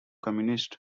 communists